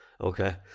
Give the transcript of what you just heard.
okay